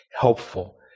helpful